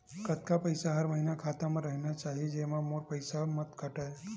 कतका पईसा हर महीना खाता मा रहिना चाही जेमा मोर पईसा मत काटे?